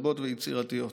רבות ויצירתיות,